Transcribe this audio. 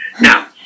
Now